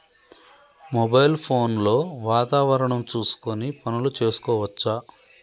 Mobile phone లో వాతావరణం చూసుకొని పనులు చేసుకోవచ్చా?